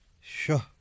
Sure